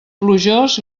plujós